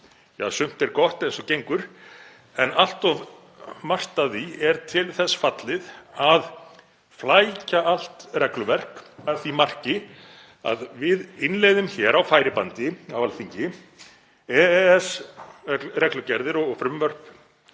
sumt er gott eins og gengur, en allt of margt af því er til þess fallið að flækja allt regluverk að því marki að við innleiðum hér á færibandi á Alþingi EES-reglugerðir og frumvörp,